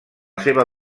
seva